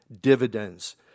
dividends